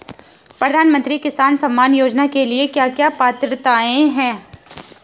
प्रधानमंत्री किसान सम्मान योजना के लिए क्या क्या पात्रताऐं हैं?